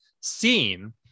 seen